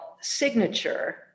signature